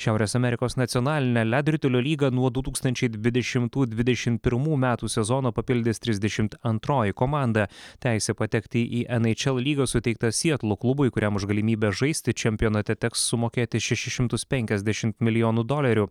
šiaurės amerikos nacionalinė ledo ritulio lyga nuo du tūkstančiai dvidešimtų dvidešimt pirmų metų sezoną papildys trisdešimt antroji komanda teisę patekti į nhl lygą suteikta sietlo klubui kuriam už galimybę žaisti čempionate teks sumokėti šešis šimtus penkiasdešimt milijonų dolerių